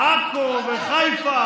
עכו וחיפה,